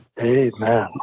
Amen